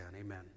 Amen